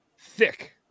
thick